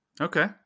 Okay